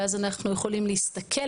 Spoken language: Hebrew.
ואז אנחנו יכולים להסתכל,